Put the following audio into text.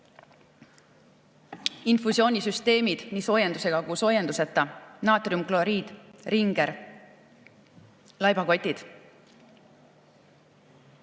infusioonisüsteemid nii soojendusega kui ka soojenduseeta, naatriumkloriid, Ringer, laibakotid.